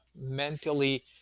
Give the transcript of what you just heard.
mentally